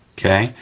okay?